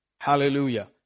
Hallelujah